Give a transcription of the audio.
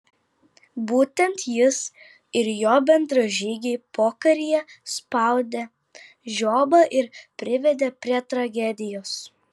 būtent jis ir jo bendražygiai pokaryje spaudė žiobą ir privedė prie tragedijos